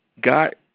God